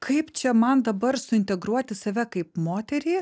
kaip čia man dabar suintegruoti save kaip moterį